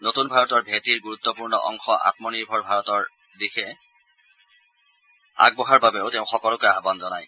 নতূন ভাৰতৰ ভেটিৰ গুৰুত্বপূৰ্ণ অংশ আমনিৰ্ভৰ ভাৰতৰ দিশে আগবঢ়াৰ বাবেও তেওঁ সকলোকে আহান জনায়